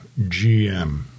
GM